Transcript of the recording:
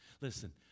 Listen